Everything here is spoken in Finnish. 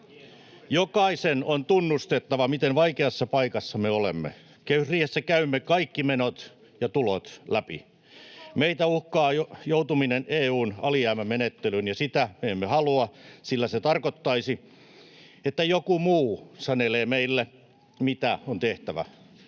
Jokaisen on tunnustettava, miten vaikeassa paikassa olemme. Kehysriihessä käymme kaikki menot ja tulot läpi. [Veronika Honkasalon välihuuto] Meitä uhkaa joutuminen EU:n alijäämämenettelyyn, ja sitä me emme halua, sillä se tarkoittaisi, että joku muu sanelee meille, mitä on tehtävä.